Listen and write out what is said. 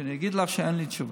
שאני אגיד לך שאין לי תשובה.